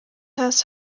has